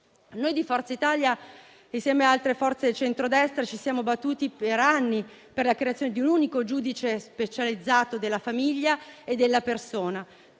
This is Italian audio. Noi di Forza Italia, insieme ad altre forze del centrodestra, ci siamo battuti per anni per la creazione di un unico giudice specializzato in materia di famiglia e della persona,